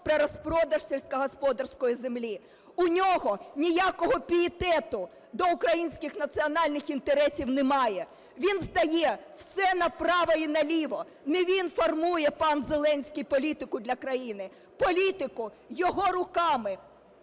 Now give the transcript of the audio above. про розпродаж сільськогосподарської землі. У нього ніякого пієтету до українських національних інтересів немає. Він здає все направо і наліво. Не він формує, пан Зеленський, політику для країни, політку його руками,